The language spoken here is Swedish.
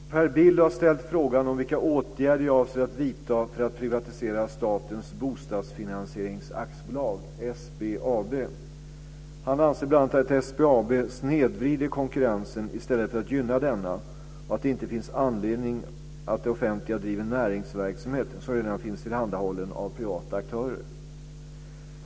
Fru talman! Per Bill har ställt frågan vilka åtgärder jag avser att vidta för att privatisera Statens Bostadsfinansieringsaktiebolag, SBAB. Han anser bl.a. att SBAB snedvrider konkurrensen i stället för att gynna denna och att det inte finns anledning för det offentliga att driva näringsverksamhet som redan finns tillhandahållen av privata aktörer.